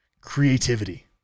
creativity